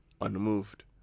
Unmoved